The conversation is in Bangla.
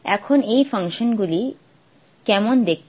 এখন এই ফাংশনগুলি কেমন দেখতে